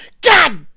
God